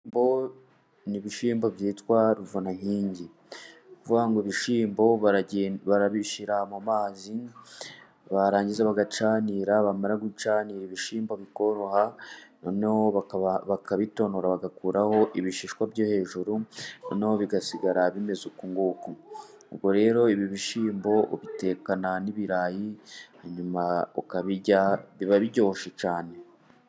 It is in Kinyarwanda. Ni ibishyimbo byitwa ruvuna nkingi, nukuvuga ngo ibishyimbo babishyira mu mazi, barangiza bagacanira, bamara gucanira ibishyimbo bikoroha, noneho bakabitonora bagakuraho ibishishwa byo hejuru, noneho bigasigara bimeze ukunguku, ubwo rero ibi bishyimbo ubitekana n'ibirayi hanyuma ukabirya, biba biryoshye cyane.